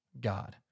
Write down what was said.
God